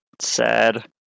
sad